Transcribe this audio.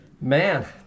Man